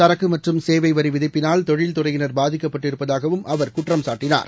சரக்குமற்றும் சேவைவரிவிதிட்பினால் தொழில் துறையினர் பாதிக்கப்பட்டிருப்பதாகவும் அவர் குற்றம் சாட்டினார்